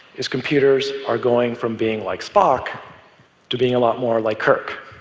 is computers are going from being like spock to being a lot more like kirk.